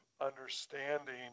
understanding